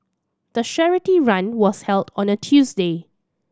the charity run was held on a Tuesday